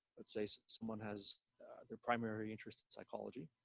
let's say say someone has their primary interest in psychology,